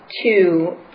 two